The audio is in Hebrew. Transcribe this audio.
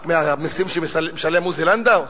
רק מהמסים שמשלם עוזי לנדאו,